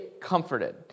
comforted